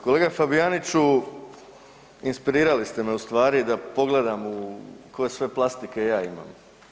Kolega Fabijaniću, inspirirali ste me u stvari da pogledam koje sve plastike ja imam.